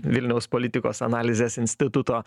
vilniaus politikos analizės instituto